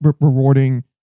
rewarding